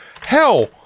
Hell